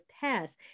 past